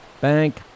bank